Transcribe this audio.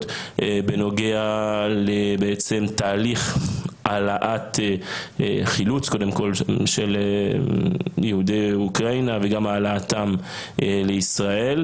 בנוגע לתהליך חילוץ של יהודי אוקראינה וגם העלאתם לישראל,